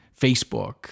Facebook